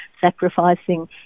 sacrificing